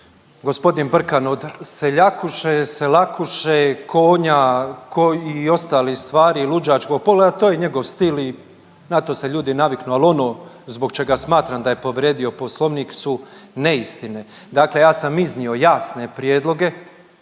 g. Brkan od seljakuše Selakuše, konja i ostalih stvari luđačkog pogleda to je njegov stil i na to se ljudi naviknu, al ono zbog čega smatram da je povrijedio poslovnik su neistine. Dakle, ja sam iznio jasne prijedloge